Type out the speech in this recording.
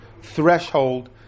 threshold